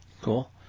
Cool